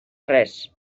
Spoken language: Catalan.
res